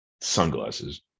sunglasses